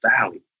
valley